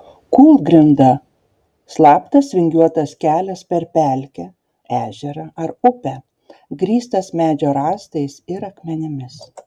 kūlgrinda slaptas vingiuotas kelias per pelkę ežerą ar upę grįstas medžio rąstais ir akmenimis